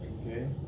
Okay